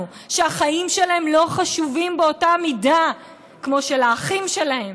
שהחיים שלהן לא חשובים באותה מידה כמו של האחים שלהן,